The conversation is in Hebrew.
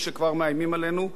מקור פרנסתן ייפול.